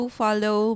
follow